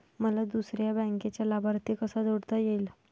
मला दुसऱ्या बँकेचा लाभार्थी कसा जोडता येईल?